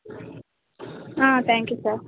thank you sir